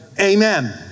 Amen